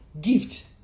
Gift